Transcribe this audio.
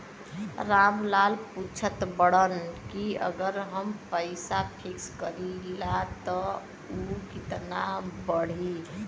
राम लाल पूछत बड़न की अगर हम पैसा फिक्स करीला त ऊ कितना बड़ी?